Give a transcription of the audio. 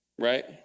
Right